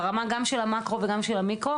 ברמה של המאקרו וגם של המיקרו,